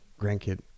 grandkid